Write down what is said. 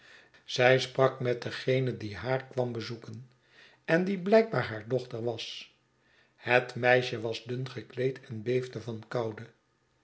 zij sprak met degene die haar kwam bezoeken en die blijkbaar haar dochter was het meisje was dun gekleed en beefde van koude